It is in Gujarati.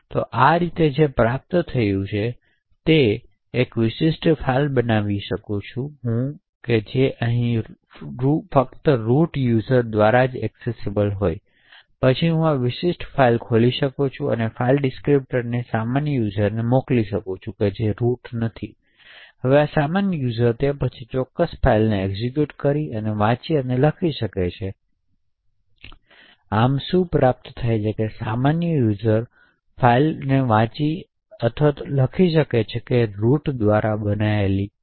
તો આ રીતે જે પ્રાપ્ત થાય છે તે છે કે હું એક વિશિષ્ટ ફાઇલ બનાવી શકું જે ફક્ત રૂટ યુઝરઓ દ્વારા એક્સેસિબલ હોય પરંતુ પછી હું આ વિશિષ્ટ ફાઇલ ખોલી શકું અને તે ફાઇલ ડિસ્ક્રીપ્ટર્સને સામાન્ય યુઝરને મોકલી શકું જે રુટ નથી હવે આ સામાન્ય યુઝર તે પછી આ ચોક્કસ ફાઇલને એક્ઝિક્યુટ કરી અને વાંચી અને લખી શકે છે તેથી આમ શું પ્રાપ્ત થાય છે કે સામાન્ય યુઝર ફાઇલને વાંચી અથવા લખી શકે છે જે રુટ દ્વારા બંધાયેલ છે